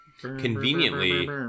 Conveniently